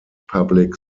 public